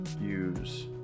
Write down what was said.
use